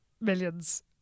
millions